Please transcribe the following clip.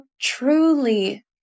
truly